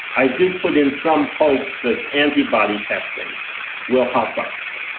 i do put in some hope that antibody testing will help us.